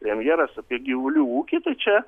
premjeras apie gyvulių ūkį tai čia